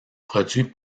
produit